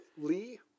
Lee